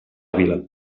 vila